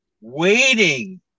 waiting